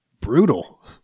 Brutal